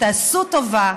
תעשו טובה,